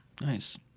Nice